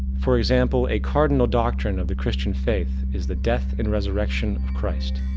for example, a cardinal doctrine of the christian faith is the death and resurrection of christ.